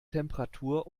temperatur